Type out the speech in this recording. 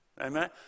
Amen